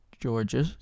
Georgia